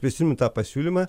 prisimenu tą pasiūlymą